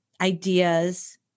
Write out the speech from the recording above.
ideas